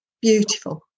Beautiful